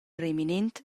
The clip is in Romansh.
reminent